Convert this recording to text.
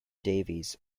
davies